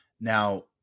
Now